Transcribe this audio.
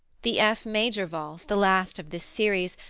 the f major valse, the last of this series,